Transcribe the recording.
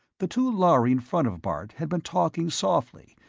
the two lhari in front of bart had been talking softly,